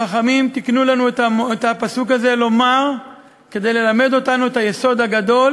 שחכמים תיקנו לנו את הפסוק הזה לומר כדי ללמד אותנו את היסוד הגדול